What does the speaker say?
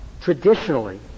Traditionally